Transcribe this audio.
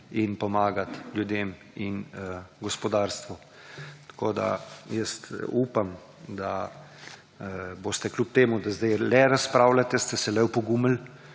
in pomagati ljudem in gospodarstvu. Tako, da jaz upam, da boste kljub temu, da zdaj le razpravljate, ste se le opogumili